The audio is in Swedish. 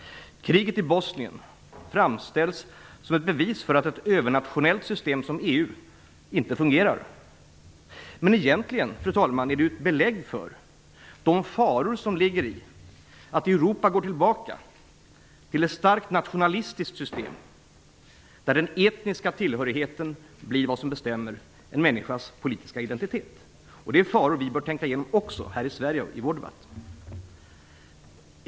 Kriget i Bosnien framställs som ett bevis för att ett övernationellt system som EU inte fungerar. Men egentligen, fru talman, är det ett belägg för de faror som ligger i att Europa går tillbaka till ett starkt nationalistiskt system där den etniska tillhörigheten blir det som bestämmer en människas politiska identitet. Det är faror som också vi i Sverige i vår debatt bör tänka igenom.